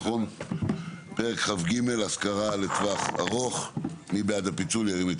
פרק כ"ג השכרה לטווח ארוך מי בעד הפיצול ירים את